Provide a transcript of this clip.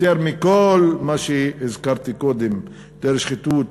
יותר מכל מה שהזכרתי קודם: יותר שחיתות,